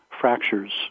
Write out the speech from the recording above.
fractures